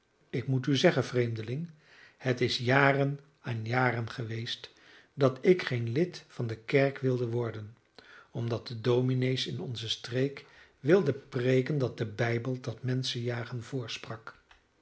ik moet u zeggen vreemdeling het is jaren aan jaren geweest dat ik geen lid van de kerk wilde worden omdat de dominees in onze streek wilden preken dat de bijbel dat